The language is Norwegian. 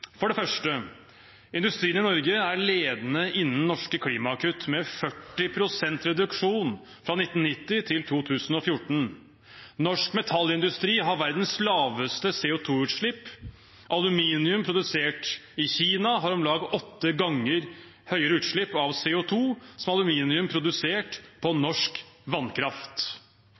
For det første: Industrien i Norge er ledende innen norske klimakutt med 40 pst. reduksjon fra 1990 til 2014. Norsk metallindustri har verdens laveste CO 2 -utslipp. Aluminium produsert i Kina har om lag åtte ganger høyere utslipp av CO 2 enn aluminium produsert på norsk vannkraft.